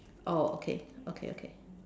oh okay okay okay